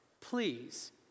please